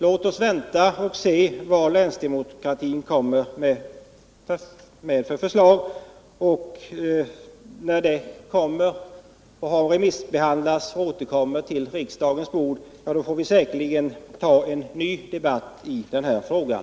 Låt oss vänta och se vad länsdemokratikommittén kommer fram till och avvakta dess förslag. När det har remissbehandlats och kommer på riksdagens bord får vi ta en ny debatt i den här frågan.